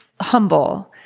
humble